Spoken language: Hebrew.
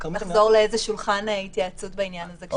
לחזור לאיזשהו שולחן התייעצות בעניין הזה.